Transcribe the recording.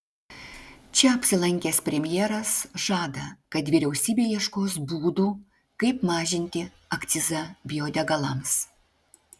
čia apsilankęs premjeras žada kad vyriausybė ieškos būdų kaip mažinti akcizą biodegalams